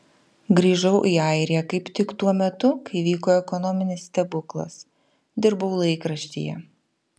grįžau į airiją kaip tik tuo metu kai vyko ekonominis stebuklas dirbau laikraštyje